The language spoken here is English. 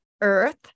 earth